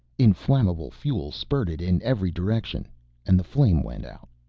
inflammable fuel spurted in every direction and the flame went out.